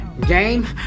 game